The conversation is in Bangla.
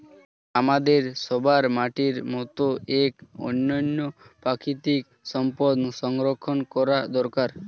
আমাদের সবার মাটির মতো এক অনন্য প্রাকৃতিক সম্পদ সংরক্ষণ করা দরকার